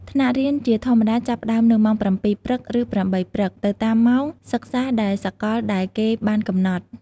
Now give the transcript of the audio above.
ថ្នាក់រៀនជាធម្មតាចាប់ផ្ដើមនៅម៉ោង ៧ ព្រឹក ឬ ៨ ព្រឹក ទៅតាមម៉ោងសិក្សាដែលសកលដែលគេបានកំណត់។